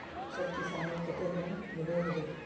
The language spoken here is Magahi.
सब किसानेर केते लोन मिलोहो होबे?